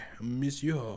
Monsieur